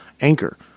Anchor